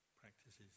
practices